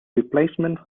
replacement